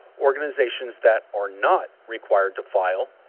organizations that are not required to file,